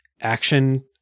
action